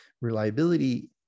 reliability